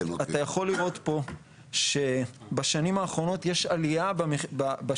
אתה יכול לראות פה שבשנים האחרונות יש עלייה בשיווקים,